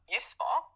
useful